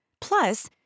Plus